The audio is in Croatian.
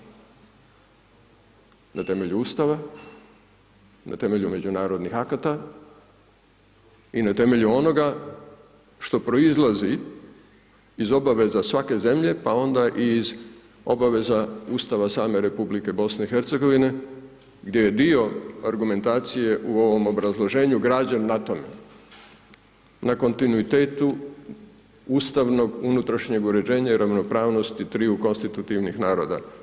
Na temelju Ustava, na temelju međunarodnih akata i na temelju onoga što proizlazi iz obaveza svake zemlje pa onda i iz obaveza Ustava same Republike BiH gdje je dio argumentacije u ovom obrazloženju građen na tome, na kontinuitetu ustavnog, unutrašnjeg uređenja i ravnopravnosti triju konstitutivnih naroda.